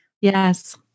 Yes